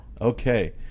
Okay